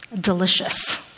delicious